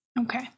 Okay